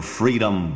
freedom